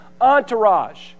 entourage